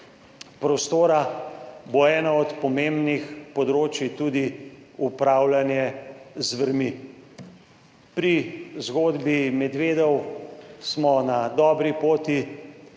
prostora bo eno od pomembnih področij tudi upravljanje z zvermi. Pri zgodbi medvedov smo na dobri poti